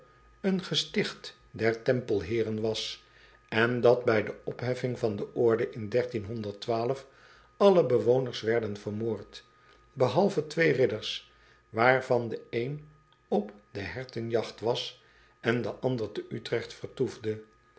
een gesticht der empelheeren was en dat bij de opheffing der orde in alle bewoners werden vermoord behalve twee ridders waarvan de een op de hertenjagt was en de ander te trecht vertoefde